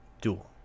dual